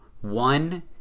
one